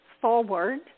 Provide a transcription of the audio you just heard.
forward